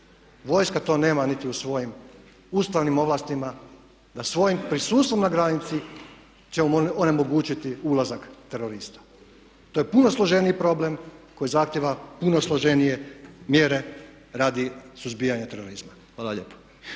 Vojska to nema niti u svojim ustavnim ovlastima da svojim prisustvom na granici će onemogućiti ulazak terorista. To je puno složeniji problem koji zahtjeva puno složenije mjere radi suzbijanja terorizma. Hvala lijepo.